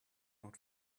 not